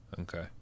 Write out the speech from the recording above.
Okay